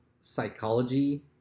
psychology